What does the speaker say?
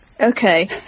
Okay